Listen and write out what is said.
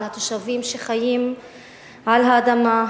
על התושבים שחיים על האדמה.